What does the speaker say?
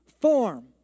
form